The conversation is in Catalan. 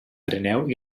trineu